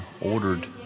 ordered